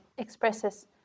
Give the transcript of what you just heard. expresses